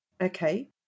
okay